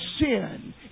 sin